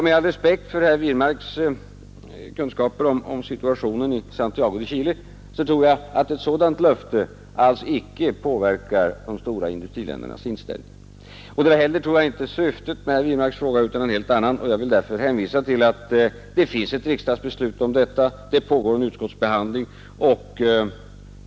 Med all respekt för herr Wirmarks kunskaper om situationen i Santiago de Chile tror jag att ett sådant löfte alls icke påverkar de stora industriländernas inställning. Det tror jag inte heller var syftet med herr Wirmarks fråga, utan det var ett helt annat, och jag vill därför hänvisa till att det finns ett riksdagsbeslut om detta. Det pågår en utskottsbehandling.